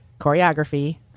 choreography